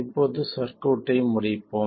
இப்போது சர்க்யூட்டை முடிப்போம்